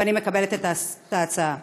ואני מקבלת את ההצעה.